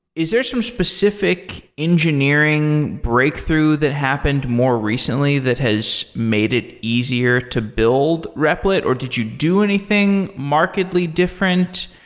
is there some specific engineering breakthrough that happened more recently that has made it easier to build repl it, or did you do anything marketly different?